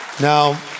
Now